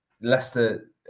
Leicester